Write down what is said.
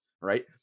right